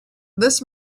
this